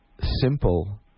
simple